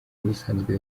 ubusanzwe